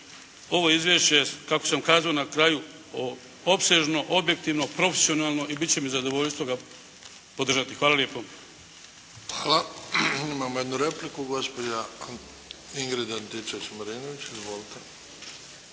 Ovo izvješće je kako sam kazao na kraju opsežno, objektivno, profesionalno i bit će mi zadovoljstvo ga podržati. Hvala lijepo. **Bebić, Luka (HDZ)** Hvala. Imamo jednu repliku, gospođa Ingrid Antičević-Marinović.